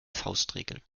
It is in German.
faustregel